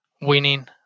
winning